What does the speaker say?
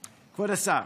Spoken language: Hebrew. השר,